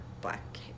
black